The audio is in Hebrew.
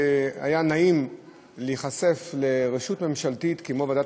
היה נעים להיחשף לרשות ממשלתית כמו ועדת